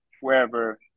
wherever